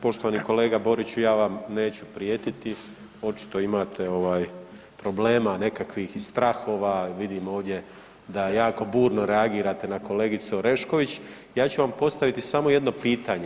Poštovani kolega Boriću, ja vam neću prijetiti, očito imate problema nekakvih, strahova, vidim ovdje da jako burno reagirate na kolegicu Orešković, ja ću vam postaviti samo jedno pitanje.